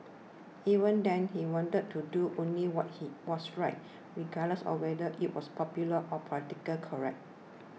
even then he wanted to do only what he was right regardless of whether it was popular or politically correct